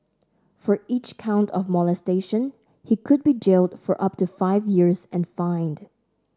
for each count of molestation he could be jailed for up to five years and fined